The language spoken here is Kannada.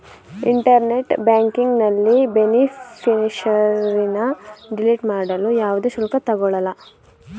ಇಂಟರ್ನೆಟ್ ಬ್ಯಾಂಕಿಂಗ್ನಲ್ಲಿ ಬೇನಿಫಿಷರಿನ್ನ ಡಿಲೀಟ್ ಮಾಡಲು ಯಾವುದೇ ಶುಲ್ಕ ತಗೊಳಲ್ಲ